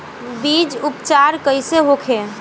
बीज उपचार कइसे होखे?